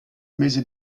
mese